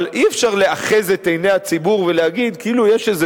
אבל אי-אפשר לאחז את עיני הציבור ולהגיד כאילו יש איזה